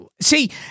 See